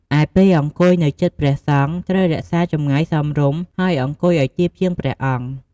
ឯ ពេលអង្គុយនៅជិតព្រះសង្ឃ ត្រូវរក្សាចម្ងាយសមរម្យ ហើយអង្គុយឲ្យទាបជាងព្រះអង្គ។